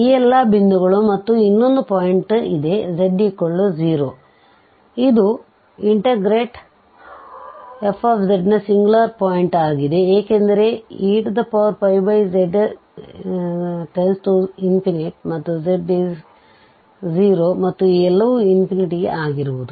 ಈ ಎಲ್ಲಾ ಬಿಂದುಗಳು ಮತ್ತು ಇನ್ನೊಂದು ಪಾಯಿಂಟ್ ಇದೆ z 0 ಇದು ಇಂಟಿಗ್ರೇಟf ನ ಸಿಂಗುಲಾರ್ ಪಾಯಿಂಟ್ ಆಗಿದೆ ಏಕೆಂದರೆ ez→∞ ಮತ್ತು z → 0 ಮತ್ತು ಎಲ್ಲವೂ ಇನ್ಫಿನಿಟಿ ಆಗಿರುವುದು